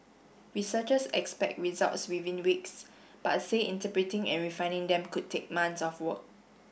researchers expect results within weeks but say interpreting and refining them could take months of work